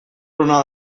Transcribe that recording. ona